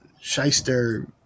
shyster